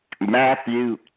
Matthew